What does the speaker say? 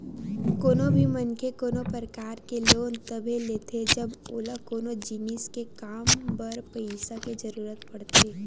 कोनो भी मनखे कोनो परकार के लोन तभे लेथे जब ओला कोनो जिनिस के काम बर पइसा के जरुरत पड़थे